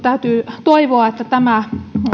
täytyy toivoa että tämä